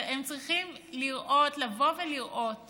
הם צריכים לראות, לבוא ולראות